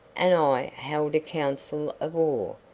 and i held a council of war,